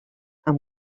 amb